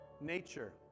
nature